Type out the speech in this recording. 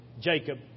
Jacob